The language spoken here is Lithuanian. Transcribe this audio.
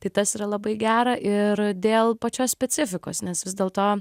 tai tas yra labai gera ir dėl pačios specifikos nes vis dėlto